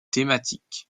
thématique